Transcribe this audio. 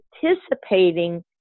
participating